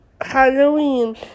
Halloween